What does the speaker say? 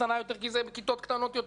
קטנה יותר כי זה כיתות קטנות יותר.